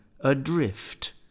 adrift